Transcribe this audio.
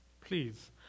Please